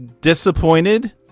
disappointed